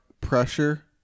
pressure